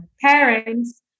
parents